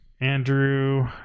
Andrew